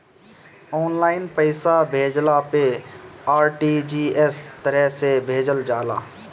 online पईसा भेजला पअ आर.टी.जी.एस तरह से भेजल जाला